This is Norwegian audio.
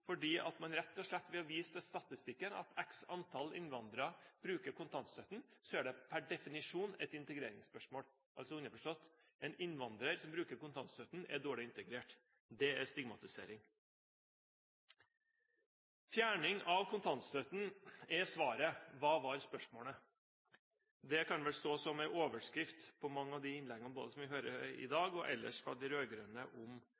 Fordi x antall innvandrere bruker kontantstøtten, er det per definisjon et integreringsspørsmål, altså underforstått: En innvandrer som bruker kontantstøtten, er dårlig integrert. Det er stigmatisering. Fjerning av kontantstøtten er svaret. Hva var spørsmålet? Det kan vel stå som en overskrift på mange av de innleggene som jeg har hørt i dag – og ellers – fra de rød-grønne om